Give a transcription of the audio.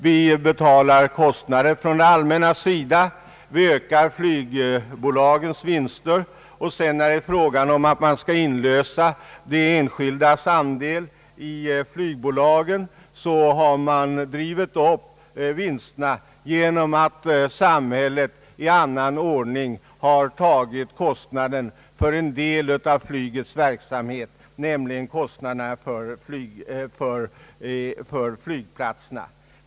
Vi betalar kostnader från det allmänna, vi ökar flygbolagens vinster, och när det sedan blir fråga om att inlösa de enskildas andel i flygbolagen har man drivit upp vinsterna genom att samhället i annan ordning tagit kostnaden för en del av flygets verksamhet, nämligen för flygplatserna.